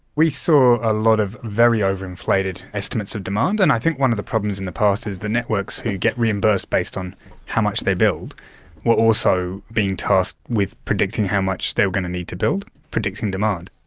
we saw a lot of very over-inflated estimates of demand, and i think one of the problems in the past is the networks who get reimbursed based on how much they build were also being tasked with predicting how much they were going to need to build, predicting demand.